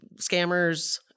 Scammers